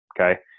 Okay